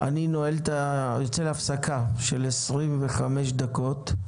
אנחנו יוצאים להפסקה עד שעה 12:15,